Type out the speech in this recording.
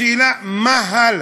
השאלה היא מה הלאה,